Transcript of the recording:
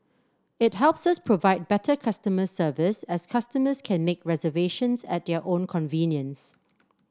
it helps us provide better customer service as customers can make reservations at their own convenience